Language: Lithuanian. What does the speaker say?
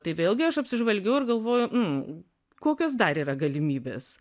tai vėlgi aš apsižvalgiau ir galvoju m kokios dar yra galimybės